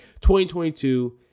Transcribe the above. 2022